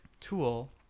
tool